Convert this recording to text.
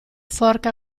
forca